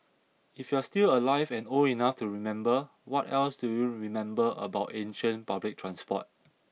if you're still alive and old enough to remember what else do you remember about ancient public transport